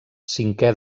cinquè